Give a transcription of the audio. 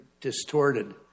distorted